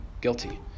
guilty